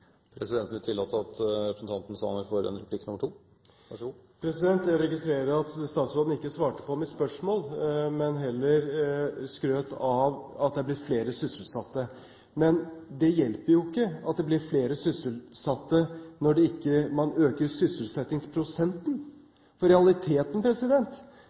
Presidenten vil tillate at representanten Sanner får en replikk nummer to. Jeg registrerer at statsråden ikke svarte på mitt spørsmål, men heller skrøt av at det er blitt flere sysselsatte. Men det hjelper jo ikke at det blir flere sysselsatte når man ikke øker